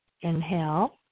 inhale